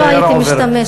אני לא הייתי משתמשת,